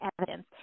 evidence